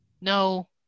no